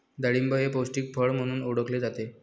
डाळिंब हे पौष्टिक फळ म्हणून ओळखले जाते